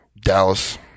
Dallas